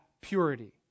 purity